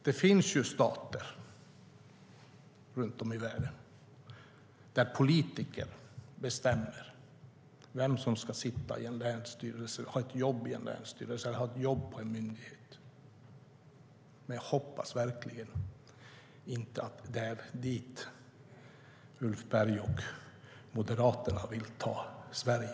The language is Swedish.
Det finns stater runt om i världen där politiker bestämmer vem som ska sitta i en länsstyrelse eller ha ett jobb i en länsstyrelse eller på en myndighet. Men jag hoppas verkligen inte att det är dit Ulf Berg och Moderaterna vill ta Sverige.